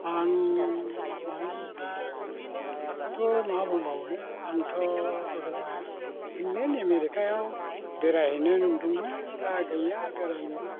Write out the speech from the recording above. आं मानि दाथ' मा बुंबावनो आंथ' गोदोब्ला इंलेन्ड आमेरिखायाव बेरायहैनो नंदोंमोन दा गैया बेरायनोबो